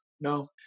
No